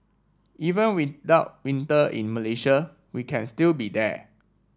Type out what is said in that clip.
even without winter in Malaysia we can still be there